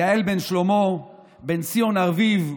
יעל בן שלמה, בן ציון ארביב,